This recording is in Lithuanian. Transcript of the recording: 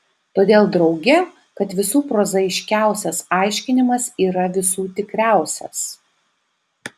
todėl drauge kad visų prozaiškiausias aiškinimas yra visų tikriausias